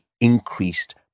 increased